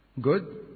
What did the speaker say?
good